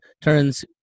turns